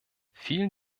vielen